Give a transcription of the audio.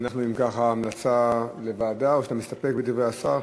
אם כך, המלצה לוועדה או שאתה מסתפק בדברי השר?